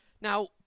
Now